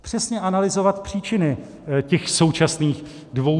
Přesně analyzovat příčiny těch současných 246 dnů.